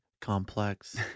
complex